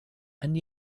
and